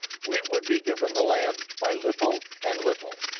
we would be given the land by little and little.